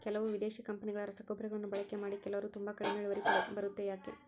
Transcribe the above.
ಕೆಲವು ವಿದೇಶಿ ಕಂಪನಿಗಳ ರಸಗೊಬ್ಬರಗಳನ್ನು ಬಳಕೆ ಮಾಡಿ ಕೆಲವರು ತುಂಬಾ ಕಡಿಮೆ ಇಳುವರಿ ಬರುತ್ತೆ ಯಾಕೆ?